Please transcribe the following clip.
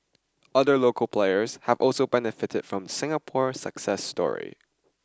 other local players have also benefited from Singapore success story